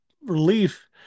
relief